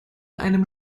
einem